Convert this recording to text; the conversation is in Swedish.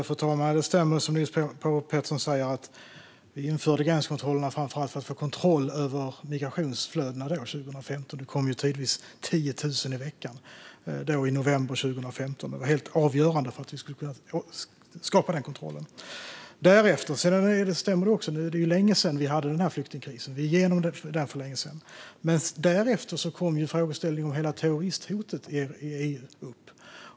Fru talman! Det stämmer som Niels Paarup-Petersen säger: Vi införde gränskontrollerna framför allt för att få kontroll över migrationsflödena 2015. Det kom tidvis 10 000 i veckan i november 2015. Detta var helt avgörande för att vi skulle kunna skapa den kontrollen. Det stämmer också att det är länge sedan vi hade denna flyktingkris. Vi är igenom den sedan länge. Men därefter kom frågeställningen om hela terroristhotet i EU upp.